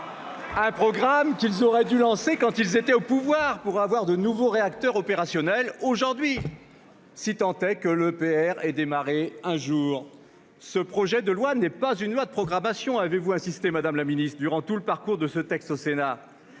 Un programme qu'ils auraient dû lancer lorsqu'ils étaient au pouvoir pour disposer de nouveaux réacteurs opérationnels aujourd'hui ! Si tant est que l'EPR démarre un jour ...« Ce projet de loi n'est pas une loi de programmation », avez-vous insisté madame la ministre, tout au long du parcours de ce texte au Sénat.